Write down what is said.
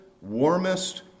warmest